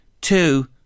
two